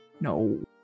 No